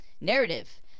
narrative